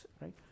right